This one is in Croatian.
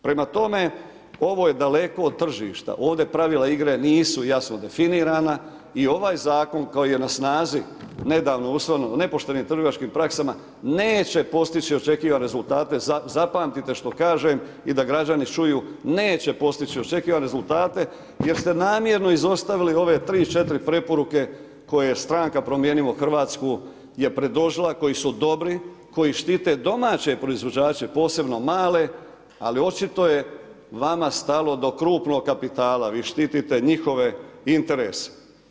Prema tome, ovo je daleko od tržišta, ovdje pravila igre nisu jasno definirana i ovaj zakon koji je na snazi nedavno usvojen o nepoštenim trgovačkim praksama neće postići očekivane rezultate, zapamtite što kažem i da građani čuju, neće postići očekivane rezultate jer ste namjerno izostavili ove tri, četiri preporuke koje je stranka Promijenimo Hrvatsku je predložila koji su dobri, koji štite domaće proizvođače posebno male, ali očito je vama stalo do krupnog kapitala, vi štitite njihove interese.